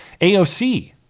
AOC